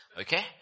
Okay